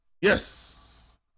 Yes